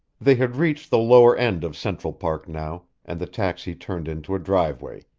they had reached the lower end of central park now, and the taxi turned into a driveway,